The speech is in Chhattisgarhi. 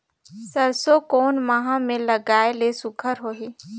सरसो कोन माह मे लगाय ले सुघ्घर होही?